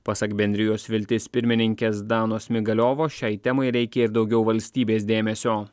pasak bendrijos viltis pirmininkės danos migaliovos šiai temai reikia ir daugiau valstybės dėmesio